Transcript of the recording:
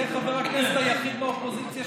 יהיו עוד הזדמנויות.